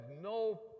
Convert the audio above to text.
no